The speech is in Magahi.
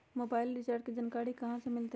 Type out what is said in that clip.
मोबाइल रिचार्ज के जानकारी कहा से मिलतै?